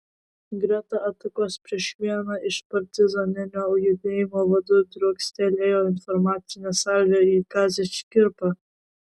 greta atakos prieš vieną iš partizaninio judėjimo vadų driokstelėjo informacinė salvė į kazį škirpą